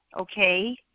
okay